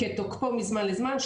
כתוקפו מזמן לזמן,